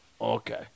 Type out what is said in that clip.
Okay